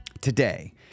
Today